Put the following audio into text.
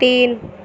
تین